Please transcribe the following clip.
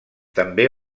també